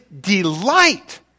delight